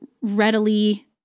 readily